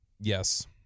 Yes